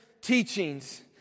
teachings